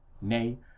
nay